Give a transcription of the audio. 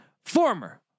former